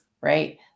Right